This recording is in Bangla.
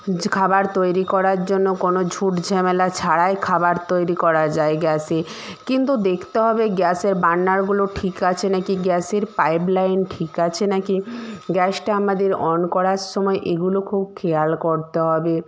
খাবার তৈরি করার জন্য কোনো ঝুট ঝামেলা ছাড়াই খাবার তৈরি করা যায় গ্যাসে কিন্তু দেখতে হবে গ্যাসের বান্নারগুলো ঠিক আছে না কি গ্যাসের পাইপ লাইন ঠিক আছে না কি গ্যাসটা আমাদের অন করার সময় এগুলো খুব খেয়াল করতে হবে